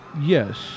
Yes